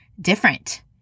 different